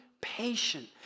patient